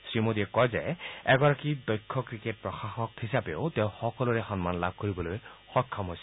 শ্ৰীমোডীয়ে কয় যে এগৰাকী দক্ষ ক্ৰিকেট প্ৰশাসক হিচাপেও তেওঁ সকলোৰে সন্মান লাভ কৰিবলৈ সক্ষম হৈছিল